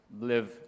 live